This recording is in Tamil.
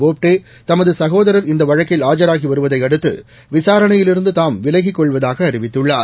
போப்டே தமது சகோதரர் இந்த வழக்கில் ஆஜராகி வருவதை அடுத்து விசாரணையிலிருந்து தாம் விலகிக் கொள்வதாக அறிவித்துள்ளார்